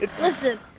Listen